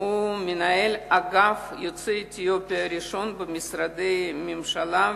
הוא מנהל אגף יוצאי אתיופיה ראשון במשרדי הממשלה,